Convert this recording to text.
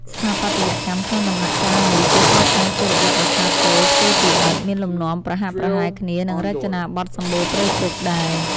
ស្ថាបត្យកម្ម ក្នុងដំណាក់កាលនេះ គេកសាងជារបៀបប្រាសាទទោលធ្វើពីឥដ្ឋ មានលំនាំប្រហាក់ប្រហែលគ្នានឹងរចនាបថសម្បូណ៌ព្រៃគុហ៍ដែរ។